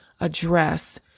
address